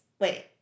Wait